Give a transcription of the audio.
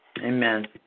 Amen